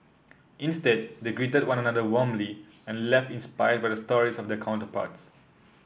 instead they greeted one another warmly and left inspired by the stories of their counterparts